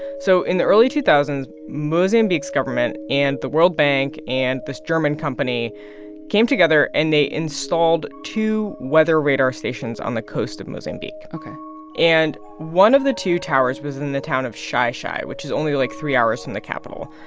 so in the early two thousand s, mozambique's government and the world bank and this german company came together, and they installed two weather radar stations on the coast of mozambique ok and one of the two towers was in the town of xai-xai, which is only, like, three hours in the capital.